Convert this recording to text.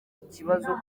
ikibazo